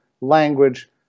language